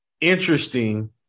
interesting